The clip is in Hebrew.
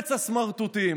מארץ הסמרטוטים,